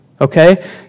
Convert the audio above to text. okay